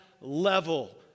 level